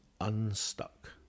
unstuck